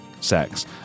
sex